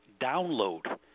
download